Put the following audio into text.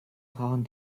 brauchen